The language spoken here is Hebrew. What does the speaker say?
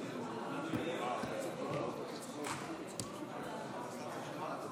אם כן, חברות וחברי הכנסת, אלה